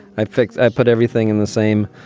i fixed i put everything in the same,